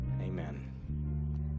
Amen